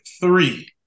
three